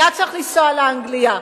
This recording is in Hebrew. היה צריך לנסוע לאנגליה.